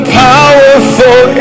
powerful